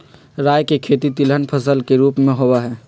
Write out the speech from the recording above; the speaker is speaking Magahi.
राई के खेती तिलहन फसल के रूप में होबा हई